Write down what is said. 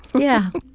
yeah.